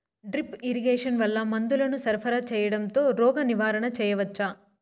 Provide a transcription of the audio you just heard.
Drip irrigation వల్ల మందులను సరఫరా సేయడం తో రోగ నివారణ చేయవచ్చా?